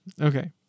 Okay